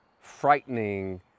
frightening